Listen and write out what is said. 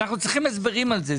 אנחנו צריכים הסברים על זה.